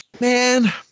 man